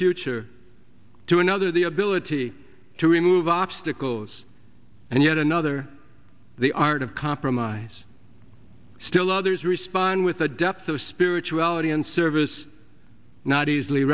future to another the ability to remove obstacles and yet another the art of compromise still others respond with a depth of spirituality and service not easily